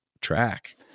track